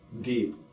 deep